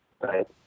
right